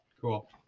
Cool